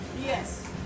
Yes